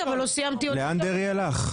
לאן דרעי הלך?